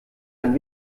ein